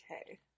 Okay